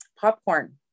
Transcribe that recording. popcorn